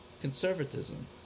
conservatism